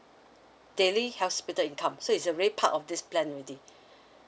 daily hospital income so it's already part of this plan already